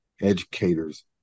educators